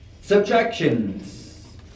subtractions